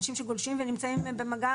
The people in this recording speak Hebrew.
אנשים שגולשים ונמצאים במגע